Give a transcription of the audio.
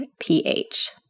pH